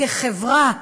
כחברה,